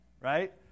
right